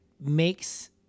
makes